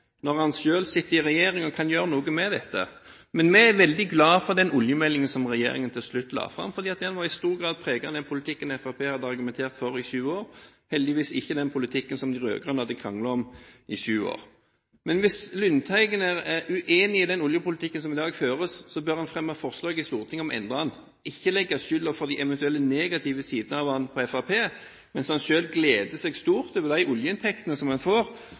når hans parti sitter i regjering og kan gjøre noe med dette. Vi er veldig glad for den oljemeldingen som regjeringen til slutt la fram, for den var i stor grad preget av den politikken Fremskrittspartiet hadde argumentert for i sju år, og heldigvis ikke preget av den politikken de rød-grønne hadde kranglet om i sju år. Men hvis Lundteigen er uenig i den oljepolitikken som i dag føres, bør han fremme forslag i Stortinget om å endre den – ikke legge skylden for de eventuelle negative sidene av den på Fremskrittspartiet, mens han selv gleder seg stort over de oljeinntektene man får